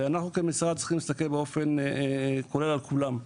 אנחנו כמשרד צריכים להסתכל באופן כולל על כולן.